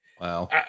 Wow